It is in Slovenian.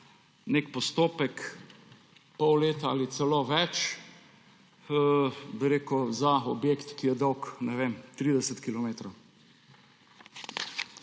nek postopek pol leta ali celo več za objekt, ki je dolg, ne vem, 30 kilometrov.